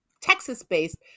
texas-based